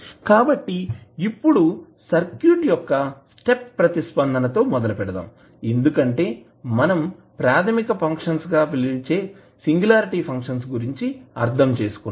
కాబట్టి ఇప్పుడు సర్క్యూట్ యొక్క స్టెప్ ప్రతిస్పందన తో మొదలుపెడదాం ఎందుకంటే మనం ప్రాథమిక ఫంక్షన్స్ గా పిలిచే సింగులారిటీ ఫంక్షన్స్ గురించి అర్థం చేసుకున్నాం